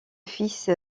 fils